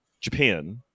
Japan